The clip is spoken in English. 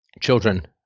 children